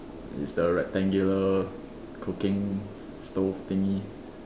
is the rectangular cooking stove thingy